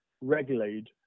regulate